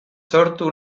sortu